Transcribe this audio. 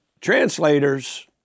translators